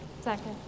second